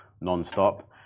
non-stop